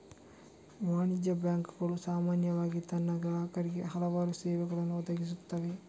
ವಾಣಿಜ್ಯ ಬ್ಯಾಂಕುಗಳು ಸಾಮಾನ್ಯವಾಗಿ ತನ್ನ ಗ್ರಾಹಕರಿಗೆ ಹಲವಾರು ಸೇವೆಗಳನ್ನು ಒದಗಿಸುತ್ತವೆ